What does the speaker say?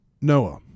Noah